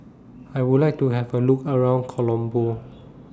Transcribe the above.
I Would like to Have A Look around Colombo